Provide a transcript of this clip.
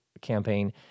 campaign